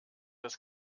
das